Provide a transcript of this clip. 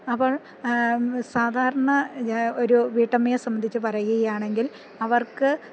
അപ്പോൾ സാധാരണ ഒരു വീട്ടമ്മയെ സംബന്ധിച്ച് പറയുകയാണെങ്കിൽ അവർക്ക്